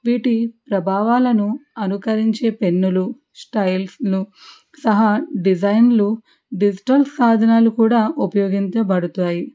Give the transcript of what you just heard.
వీటి ప్రభావాలను అనుకరించే పెన్నులు స్టైల్స్ను సహా డిజైన్లు డిజిటల్ సాధనాలు కూడా ఉపయోగించబడుతాయి